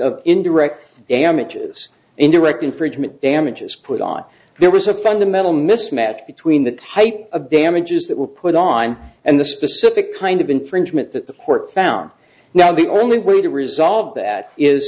of indirect damages indirect infringement damages put on there was a fundamental mismatch between the type of damages that were put on and the specific kind of infringement that the court found now the only way to resolve that is